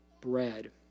bread